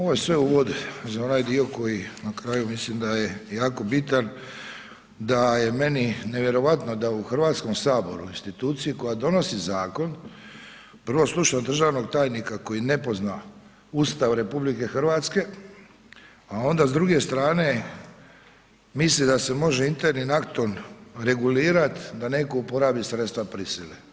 Ovo je sve uvod za onaj dio koji na kraju mislim da je jako bitan da je meni nevjerojatno da u Hrvatskom saboru, instituciji koja donosi zakon, prvo slušam državnog tajnika koji ne pozna Ustav RH, a onda s druge strane misli da se može internim aktom regulirat da netko uporabi sredstva prisile.